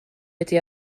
ydy